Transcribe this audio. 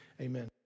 Amen